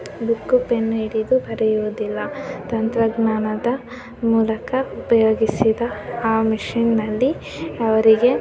book pen ಹಿಡಿದು ಬರೆಯುವುದಿಲ್ಲ ತಂತ್ರಜ್ಞಾನದ ಮೂಲಕ ಉಪಯೋಗಿಸಿದ ಆ ಮೆಷಿನ್ನಲ್ಲಿ ಅವರಿಗೆ